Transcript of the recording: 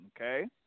Okay